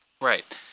Right